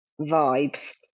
Vibes